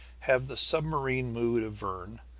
have the submarine mood of verne,